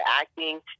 acting